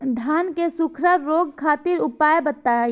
धान के सुखड़ा रोग खातिर उपाय बताई?